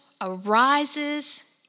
arises